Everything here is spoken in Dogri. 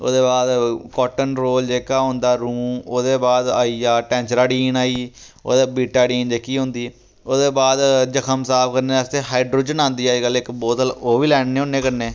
ओह्दे बाद काटन रोल जेह्का होंदा रूं ओह्दे बाद आई गेआ टैंचराडीन आई गेई ओह्दे बीटाडीन जेह्की होंदी ओह्दे बाद जख्म साफ करने आस्तै हाइड्रोजन आंदी अज्जकल इक बोतल ओह् बी लैने होन्ने कन्नै